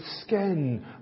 skin